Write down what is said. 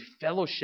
fellowship